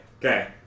okay